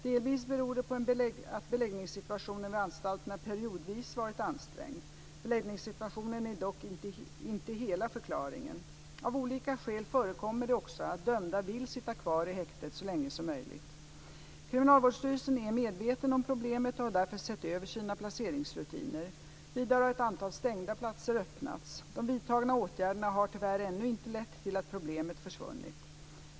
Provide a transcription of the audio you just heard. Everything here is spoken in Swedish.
Delvis beror det på att beläggningssituationen vid anstalterna periodvis varit ansträngd. Beläggningssituationen är dock inte hela förklaringen. Av olika skäl förekommer det också att dömda vill sitta kvar i häktet så länge som möjligt. Kriminalvårdsstyrelsen är medveten om problemet och har därför sett över sina placeringsrutiner. Vidare har ett antal stängda platser öppnats. De vidtagna åtgärderna har tyvärr ännu inte lett till att problemet försvunnit.